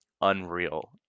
unreal